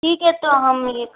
ठीक है तो हम यह